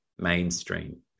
mainstream